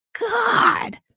God